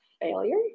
failure